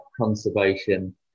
Conservation